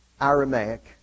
Aramaic